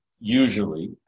Usually